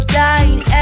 dying